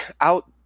out